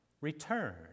return